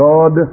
God